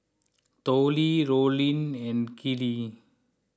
Tollie Rollin and Keely